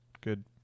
good